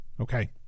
Okay